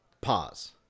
pause